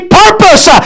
purpose